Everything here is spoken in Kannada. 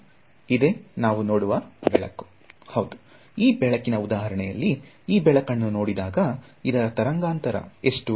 ವಿದ್ಯಾರ್ಥಿ ಹೌದು ಈ ಬೆಳಕಿನ ಉದಾಹರಣೆಯಲ್ಲಿ ಈ ಬೆಳಕನ್ನು ಈಗ ನೋಡಿದಾಗ ಅದರ ತರಂಗಾಂತರ ಎಷ್ಟು